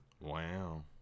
Wow